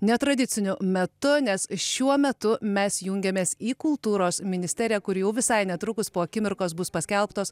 netradiciniu metu nes šiuo metu mes jungiamės į kultūros ministeriją kur jau visai netrukus po akimirkos bus paskelbtos